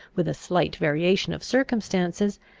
with a slight variation of circumstances,